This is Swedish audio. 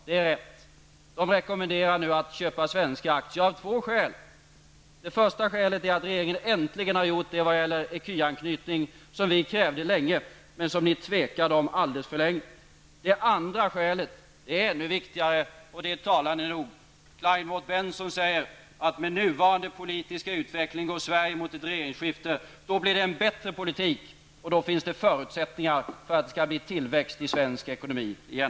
Det är rätt, man rekommenderar svenska aktier av två skäl: Att regeringen äntligen gjort ecuanknytning, som vi länge krävt men som regeringen tvekat om alldeles för länge. Det andra skälet är ännu viktigare och det är talande nog: Kleinmut Benson säger att med nuvarande politiska utveckling går Sverige mot ett regeringsskifte, och då blir det en bättre politik och då finns det förutsättningar för att det skall bli tillväxt i svensk ekonomi igen.